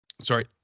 sorry